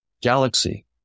galaxy